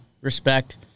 Respect